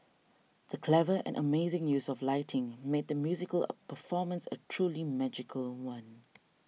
the clever and amazing use of lighting made the musical a performance a truly magical one